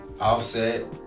offset